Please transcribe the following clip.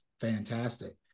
fantastic